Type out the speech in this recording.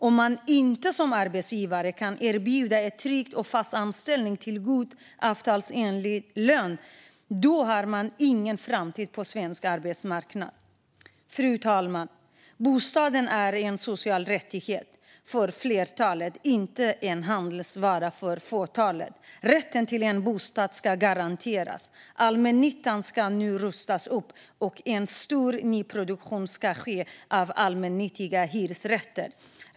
Om man inte som arbetsgivare kan erbjuda en trygg och fast anställning med god, avtalsenlig lön har man ingen framtid på svensk arbetsmarknad. Fru talman! Bostaden är en social rättighet för flertalet, inte en handelsvara för fåtalet. Rätten till en bostad ska garanteras. Allmännyttan ska nu rustas upp, och en stor nyproduktion ska ske av allmännyttiga hyresrätter.